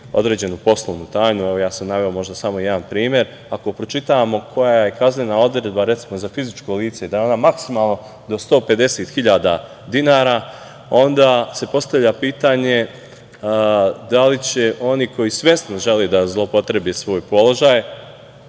određenu poslovnu tajnu, a ja sam naveo možda samo jedan primer, ako pročitamo koja je kaznena odredba recimo za fiziko lice da je ona maksimalno do 150 hiljada dinara, onda se postavlja pitanje – da li će oni koji svesno žele da zloupotrebe svoje položaje